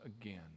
again